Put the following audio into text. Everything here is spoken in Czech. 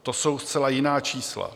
To jsou zcela jiná čísla.